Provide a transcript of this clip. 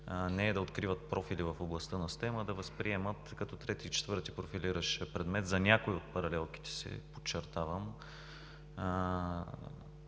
не е да откриват профили в областта на СТЕМ-а – да възприемат трети и четвърти профилиращ предмет за някои от паралелките си, подчертавам